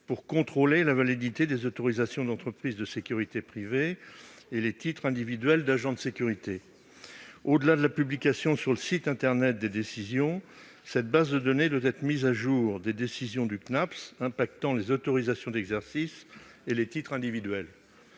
pour contrôler la validité des autorisations d'entreprises de sécurité privée et des titres individuels d'agent de sécurité. Au-delà de la publication sur le site internet des décisions, cette base de données doit être mise à jour des décisions du Cnaps affectant les autorisations d'exercice et les titres individuels.